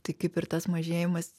tai kaip ir tas mažėjimas